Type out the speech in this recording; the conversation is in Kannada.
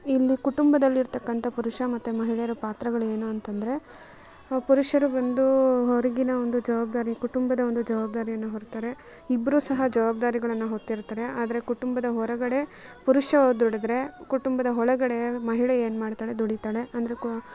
ಇಲ್ಲಿ ಕುಟುಂಬದಲ್ಲಿರ್ತಕ್ಕಂಥ ಪುರುಷ ಮತ್ತೆ ಮಹಿಳೆಯರ ಪಾತ್ರಗಳು ಏನು ಅಂತಂದರೆ ಪುರುಷರು ಬಂದು ಹೊರಗಿನ ಒಂದು ಜವಾಬ್ದಾರಿ ಕುಟುಂಬದ ಒಂದು ಜವಾಬ್ದಾರಿಯನ್ನು ಹೊರ್ತಾರೆ ಇಬ್ರೂ ಸಹ ಜವಾಬ್ದಾರಿಗಳನ್ನು ಹೊತ್ತಿರ್ತಾರೆ ಆದರೆ ಕುಟುಂಬದ ಹೊರಗಡೆ ಪುರುಷ ದುಡಿದ್ರೆ ಕುಟುಂಬದ ಒಳಗಡೆ ಮಹಿಳೆ ಏನು ಮಾಡ್ತಾಳೆ ದುಡಿತಾಳೆ ಅಂದರೆ ಕೊ